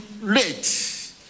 rate